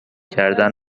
کردن